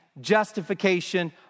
justification